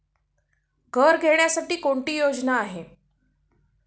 घर घेण्यासाठी कोणती योजना आहे?